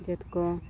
ᱡᱟᱹᱛ ᱠᱚ